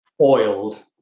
oiled